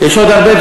תגיד לי,